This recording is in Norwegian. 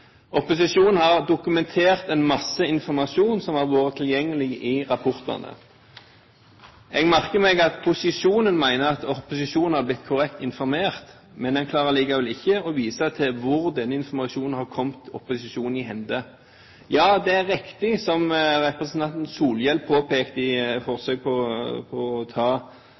Opposisjonen har dokumentert en masse informasjon som har vært tilgjengelig i rapportene. Jeg merker meg at posisjonen mener at opposisjonen er blitt korrekt informert, men en klarer likevel ikke å vise til hvordan den informasjonen har kommet opposisjonen i hende. Ja, det er riktig som representanten Solhjell påpekte i et forsøk på å ta